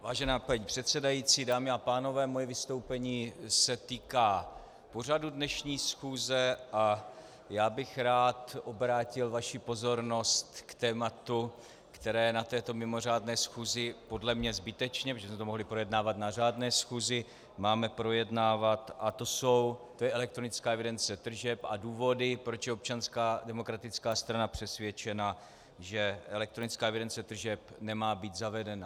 Vážená paní předsedající, dámy a pánové, moje vystoupení se týká pořadu dnešní schůze a já bych rád obrátil vaši pozornost k tématu, které je na této mimořádné schůzi podle mě zbytečně, protože jsme to mohli projednávat na řádné schůzi, máme projednávat, a to je elektronická evidence tržeb a důvody, proč je Občanská demokratická strana přesvědčena, že elektronická evidence tržeb nemá být zavedena.